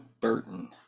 Burton